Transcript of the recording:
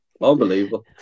unbelievable